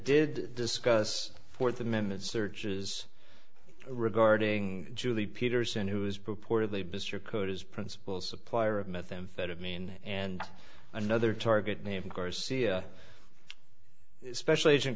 did discuss fourth amendment searches regarding julie peterson who is purportedly buser code is principal supplier of methamphetamine and another target named garcia special agent